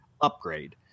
upgrade